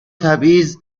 تبعیض